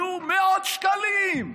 יהיו מאות שקלים,